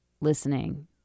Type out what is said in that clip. listening